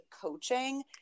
coaching